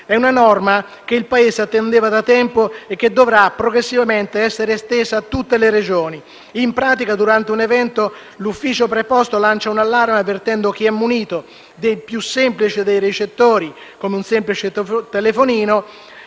È una norma che il Paese attendeva da tempo e che dovrà progressivamente essere estesa a tutte le Regioni. In pratica, durante un evento, l'ufficio preposto lancia un allarme avvertendo chi è munito dei più semplici recettori, come un semplice telefonino,